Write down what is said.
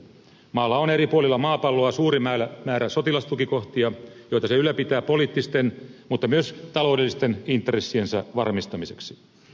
maalla on eri puolilla maapalloa suuri määrä sotilastukikohtia joita se ylläpitää poliittisten mutta myös taloudellisten intressiensä varmistamiseksi